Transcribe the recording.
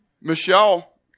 Michelle